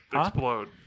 explode